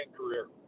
career